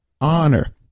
honor